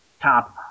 top